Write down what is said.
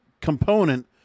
component